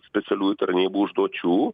specialiųjų tarnybų užduočių